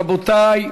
רבותי,